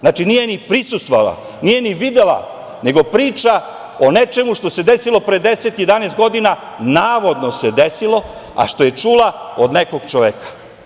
Znači, nije ni prisustvovala, nije ni videla, nego priča o nečemu što se desilo pre deset, jedanaest godina, navodno se desilo, a što je čula od nekog čoveka.